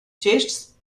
chests